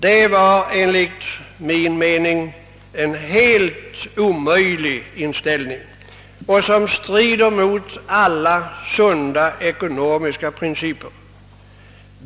Det var enligt min mening en alldeles omöjlig inställning, som strider mot alia sunda ekonomiska principer.